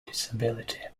disability